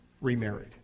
remarried